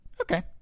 okay